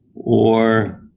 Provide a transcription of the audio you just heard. or,